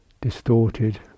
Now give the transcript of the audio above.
distorted